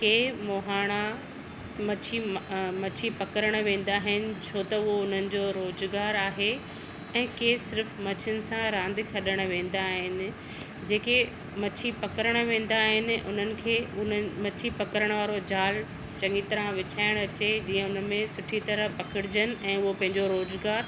के मोहाणा मछी मछी पकड़णु वेंदा आहिनि छो त उहो हुननि जो रोज़गारु आहे ऐं के सिर्फ़ु मछिनि सां रांदि खेड॒णु वेंदा आहिनि जेके मछी पकड़णु वेंदा आहिनि हुननि खे हुननि मछी पकड़णु वारो जाल चंङी तरह विछाइणु अचे जीअं हुन में सुठी तरह पकड़जनि ऐ हू पंहिंजो रोज़गारु